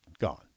gone